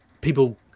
people